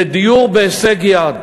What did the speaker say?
לדיור בהישג יד.